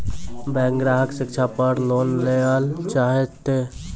Bank ग्राहक शिक्षा पार लोन लियेल चाहे ते?